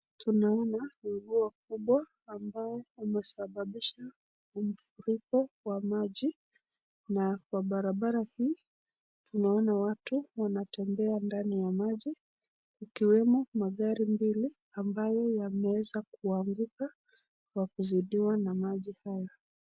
Tunaona mawingu makubwa ambayo yamesababisha umfuriko wa maji na kwa barabara hii tunaona watu wanatembea ndani ya maji ikiwemo magari mbili ambayo yameweza kuanguka kwa kuzidiwa na maji hayo.